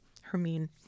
Hermine